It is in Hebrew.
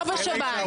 בשב"ן.